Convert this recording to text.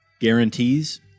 Guarantees